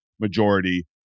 majority